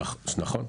נכון.